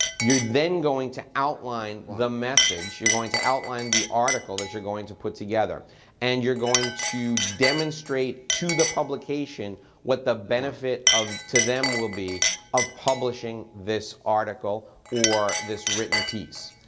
you're then going to outline the message, you're going to outline the article that you're going to put together and you're going to demonstrate to the publication what the benefit to them will be of publishing this article or this written piece.